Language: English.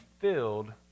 filled